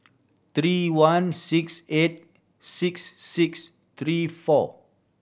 three one six eight six six three four